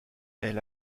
elle